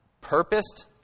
purposed